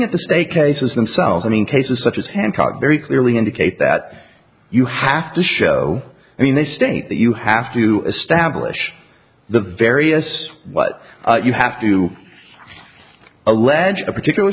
at the say cases themselves i mean cases such as hancock very clearly indicate that you have to show i mean they state that you have to establish the various what you have to allege a particular